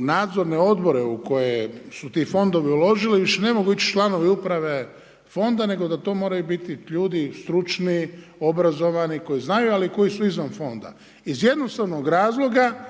nadzorne odbore u koje su ti fondovi uložili, više ne mogu ići članovi uprave fonda nego da to moraju biti ljudi stručni, obrazovani, koji znaju ali koji su izvan fonda iz jednostavnog razloga